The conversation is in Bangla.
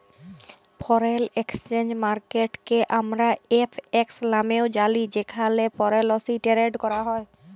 ফরেল একসচেঞ্জ মার্কেটকে আমরা এফ.এক্স লামেও জালি যেখালে ফরেলসি টেরেড ক্যরা হ্যয়